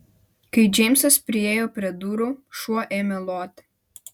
kai džeimsas priėjo prie durų šuo ėmė loti